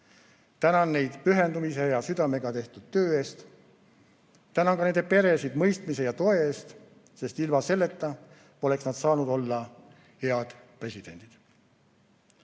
Tänan neid pühendumise ja südamega tehtud töö eest. Tänan ka nende peresid mõistmise ja toe eest, sest ilma selleta poleks nad saanud olla head presidendid.